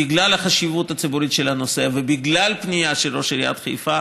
בגלל החשיבות הציבורית של הנושא ובגלל פנייה של ראש עיריית חיפה,